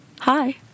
Hi